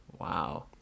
Wow